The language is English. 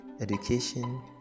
education